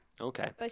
Okay